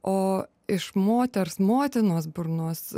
o iš moters motinos burnos